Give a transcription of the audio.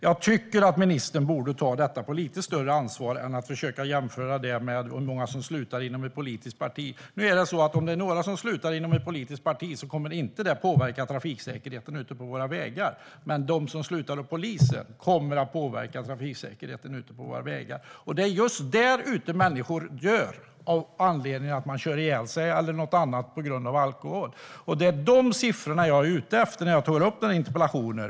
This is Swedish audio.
Jag tycker att ministern borde ta detta på lite större allvar än att försöka jämföra det med hur många som slutar inom ett politiskt parti. Om det är några som slutar inom ett politiskt parti kommer det inte att påverka trafiksäkerheten ute på våra vägar, men att man slutar inom polisen kommer att göra det. Det är just där ute som människor dör av den anledningen att de kör ihjäl sig eller något annat på grund av alkohol. Det är de siffrorna jag är ute efter när jag tar upp denna interpellation.